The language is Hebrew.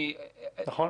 נכון.